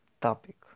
topic